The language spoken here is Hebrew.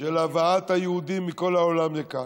של הבאת היהודים מכל העולם לכאן,